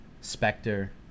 Spectre